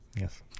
Yes